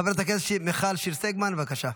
חברת הכנסת מיכל שיר סגמן, בבקשה.